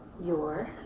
your